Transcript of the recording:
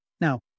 Now